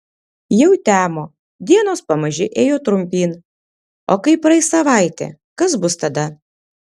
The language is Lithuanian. jau temo dienos pamaži ėjo trumpyn o kai praeis savaitė kas bus tada